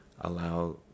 allow